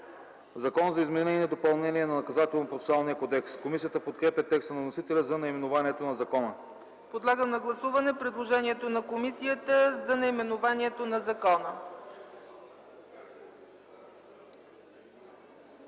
„Закон за изменение и допълнение на Наказателно-процесуалния кодекс”. Комисията подкрепя текста на вносителя за наименованието на закона. ПРЕДСЕДАТЕЛ ЦЕЦКА ЦАЧЕВА: Подлагам на гласуване предложението на комисията за наименованието на закона.